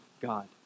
God